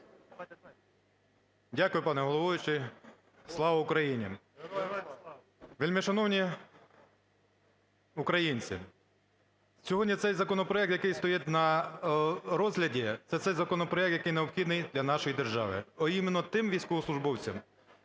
Дякую, пане головуючий. Слава Україні! Вельмишановні українці! Сьогодні цей законопроект, який стоїть на розгляді, це цей законопроект, який необхідний для нашої держави. Іменно тим військовослужбовцям,